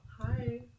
Hi